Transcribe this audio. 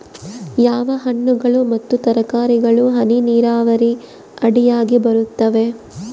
ಯಾವ ಹಣ್ಣುಗಳು ಮತ್ತು ತರಕಾರಿಗಳು ಹನಿ ನೇರಾವರಿ ಅಡಿಯಾಗ ಬರುತ್ತವೆ?